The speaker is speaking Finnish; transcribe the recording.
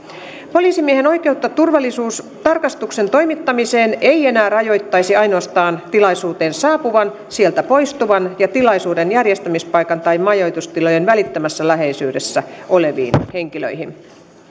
poliisimiehen oikeutta turvallisuustarkastuksen toimittamiseen ei enää rajoitettaisi ainoastaan tilaisuuteen saapuviin sieltä poistuviin ja tilaisuuden järjestämispaikan tai majoitustilojen välittömässä läheisyydessä oleviin henkilöihin